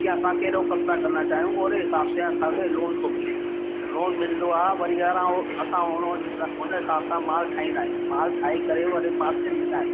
की असां कहिड़ो कम था करिणा चाहियूं ओड़े हिसाब सां असांखे लोन थो मिले लोन मिलंदो आहे वरी यारहं उहो असां हुन हुन सां हुन हिसाब सां माल ठाहींदा आहियूं माल ठाहे करे वरी मार्केट वेंदा आहियूं